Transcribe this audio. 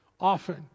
often